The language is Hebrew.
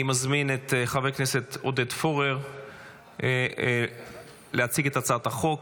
אני מזמין את חבר הכנסת עודד פורר להציג את הצעת החוק.